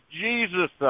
jesus